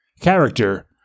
character